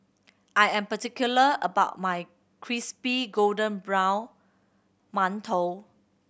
I am particular about my crispy golden brown mantou